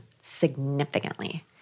significantly